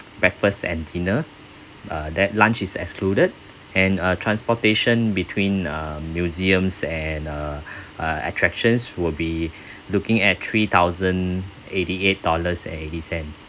breakfast and dinner uh that lunch is excluded and uh transportation between uh museums and uh uh attractions will be looking at three thousand eighty eight dollars and eighty cents